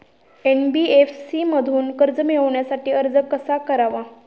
NBFC मधून कर्ज मिळवण्यासाठी अर्ज कसा करावा?